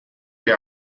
they